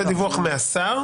זה דיווח מהשר.